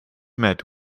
met